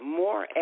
more